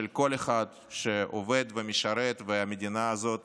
של כל אחד שעובד ומשרת והמדינה הזאת